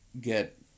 get